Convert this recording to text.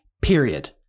period